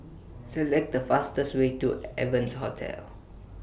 Select The fastest Way to Evans Hotel